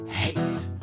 hate